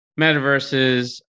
metaverses